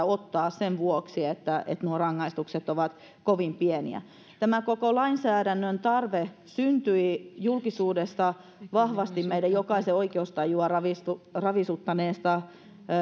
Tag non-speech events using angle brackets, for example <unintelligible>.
<unintelligible> ottaa sen vuoksi että nuo rangaistukset ovat kovin pieniä tämän koko lainsäädännön tarve syntyi julkisuudessa olleesta vahvasti meidän jokaisen oikeustajua ravisuttaneesta ravisuttaneesta